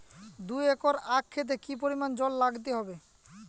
দুই একর আক ক্ষেতে কি পরিমান জল লাগতে পারে?